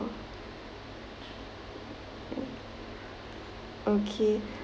okay